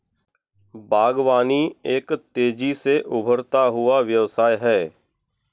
बागवानी एक तेज़ी से उभरता हुआ व्यवसाय है